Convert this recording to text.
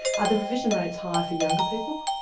are the revision rates higher for younger people?